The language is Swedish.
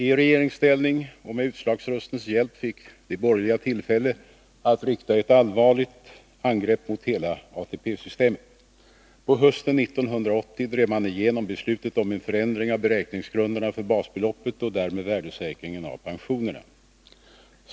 I regeringsställning och med utslagsröstens hjälp i riksdagen fick de borgerliga tillfälle att rikta ett allvarligt angrepp mot hela ATP-systemet. På hösten 1980 drev man igenom beslutet om en förändring av beräkningsgrunderna för basbeloppet och därmed värdesäkringen av pensionerna.